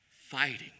fighting